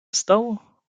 wstał